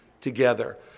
together